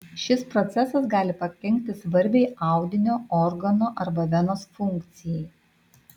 šis procesas gali pakenkti svarbiai audinio organo arba venos funkcijai